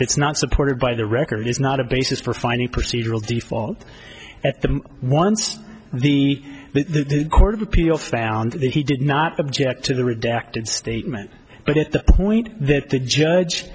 that's not supported by the record is not a basis for finding procedural default at the one the court of appeal found that he did not object to the redacted statement but at the point that the judge